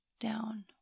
down